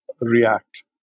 react